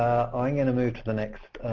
i'm going to move to the next